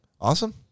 Awesome